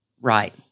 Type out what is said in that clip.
Right